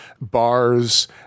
bars